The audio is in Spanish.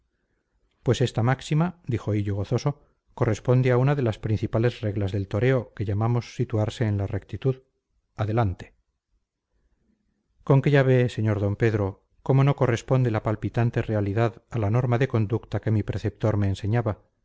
pues esta máxima dijo hillo gozoso corresponde a una de las principales reglas del toreo que llamamos situarse en la rectitud adelante con que ya ve sr d pedro cómo no corresponde la palpitante realidad a la norma de conducta que mi preceptor me enseñaba